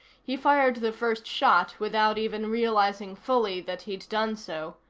he fired the first shot without even realizing fully that he'd done so,